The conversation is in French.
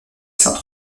sainte